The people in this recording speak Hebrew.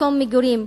מקום מגורים,